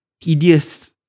tedious